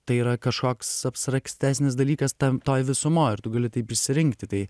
tai yra kažkoks abstraktesnis dalykas tam toj visumoj ir tu gali taip išsirinkti tai